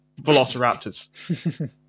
velociraptors